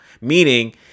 meaning